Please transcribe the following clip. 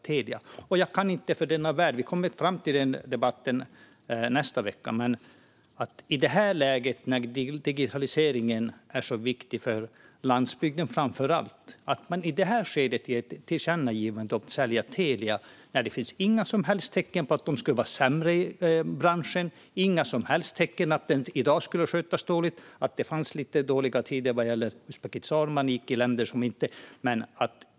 Vi kommer till den debatten i nästa vecka, men jag kan inte för mitt liv förstå att man i detta skede, då digitaliseringen är så viktig för framför allt landsbygden, gör ett tillkännagivande om att sälja Telia. Det finns inga som helst tecken på att Telia skulle vara sämre i branschen eller att det sköts dåligt i dag, även om det fanns lite dåliga tider när det gäller länder som Uzbekistan.